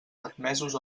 admesos